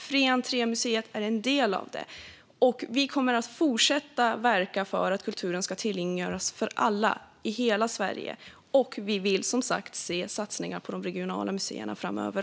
Fri entré till statliga museer är en del av detta. Vi kommer att fortsätta att verka för att kulturen ska tillgängliggöras för alla i hela Sverige, och vi vill som sagt även se satsningar på de regionala museerna framöver.